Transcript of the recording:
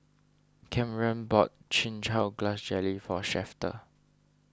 Kamren bought Chin Chow Grass Jelly for Shafter